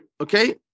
okay